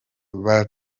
iwabo